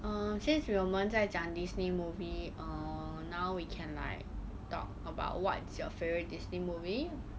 err since 我们在讲 Disney movie err now we can like talk about what's your favourite Disney movie